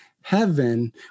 heaven